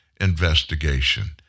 investigation